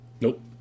Nope